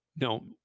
No